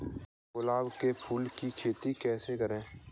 गुलाब के फूल की खेती कैसे करें?